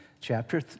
chapter